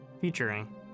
Featuring